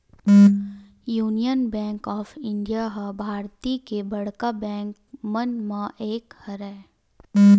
union Bank of India ह भारतीय के बड़का बेंक मन म एक हरय